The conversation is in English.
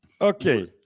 Okay